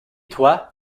toi